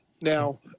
Now